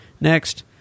next